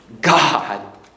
God